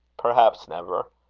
perhaps never.